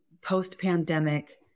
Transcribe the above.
post-pandemic